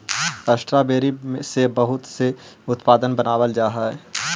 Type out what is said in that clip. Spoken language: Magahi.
स्ट्रॉबेरी से बहुत से उत्पाद बनावाल जा हई